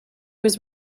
was